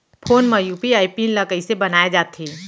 Phone म UPI PIN ल कइसे बनाये जाथे?